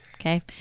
Okay